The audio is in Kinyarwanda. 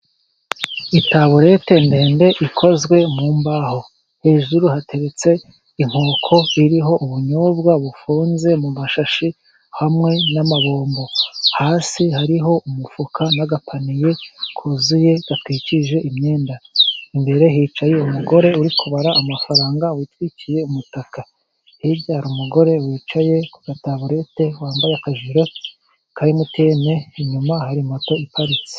Itaburete ndende ikozwe mu mbaho, hejuru hateretse inkoko iriho ubunyobwa bufunze mu mashashi, hamwe n'amabombo, hasi hariho umufuka n'agapaniye kuzuye gatwikije imyenda, imbere hicaye umugore uri kubara amafaranga witwikiye umutaka, hirya hari umugore wicaye ku gataburete wambaye akajire ka emutiyene ,inyuma hari moto iparitse.